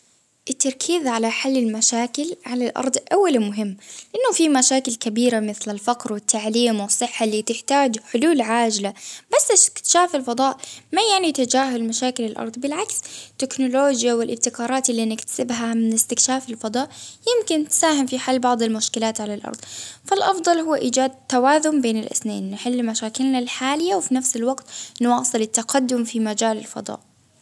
التركيز على حل المشاكل على الأرض أول مهم، إنه في مشاكل كبيرة مثل الفقر، والتعليم والصحة، اللي تحتاج حلول عاجلة، بس إستكشاف الفضاء ما يعني تجاهل مشاكل الأرض، بالعكس التكنولوجيا والإبتكارات اللي نكتسبها من إستكشاف الفضاء، يمكن تساهم في حل بعض المشكلات على الأرض فالأفضل هو إيجاد توازن بين الإثنين نحل مشاكلنا الحالية وفي نفس الوقت نواصل التقدم في مجال الفضاء.